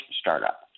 startup